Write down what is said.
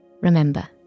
Remember